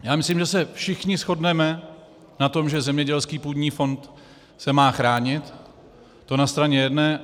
Já myslím, že se všichni shodneme na tom, že zemědělský půdní fond se má chránit, to na straně jedné.